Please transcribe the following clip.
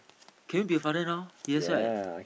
can you be a father now yes right